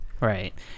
right